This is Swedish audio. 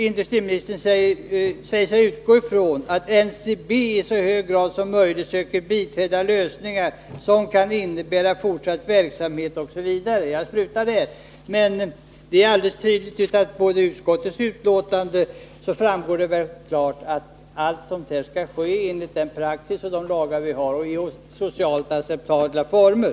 Industriministern säger sig utgå från att NCB i så hög grad som möjligt söker biträda lösningar som kan innebära fortsatt verksamhet Av utskottets betänkande framgår således klart att alla sådana här omstruktureringar skall ske enligt den praxis och de lagar vi har samt i socialt acceptabla former.